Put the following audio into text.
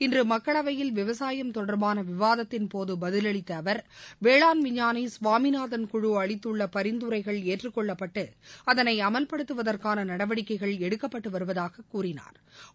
இன்று மக்களவையில் விவசாயம் தொடர்பான விவாதத்தின்போது பதிலளித்த அவர் வேளாண் விஞ்ஞானி சுவாமிநாதன் குழு அளித்துள்ள பரிந்துரைகள் ஏற்றுக் கொள்ளப்பட்டு அதனை அமல்படுத்துவதற்கான நடவடிக்கைகள் எடுக்கப்பட்டு வருவதாகக் கூறினாா்